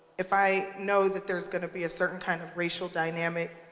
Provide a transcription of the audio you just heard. if i know that there's gonna be a certain kind of racial dynamic,